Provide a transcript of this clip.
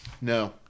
No